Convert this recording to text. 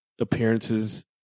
appearances